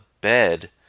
bed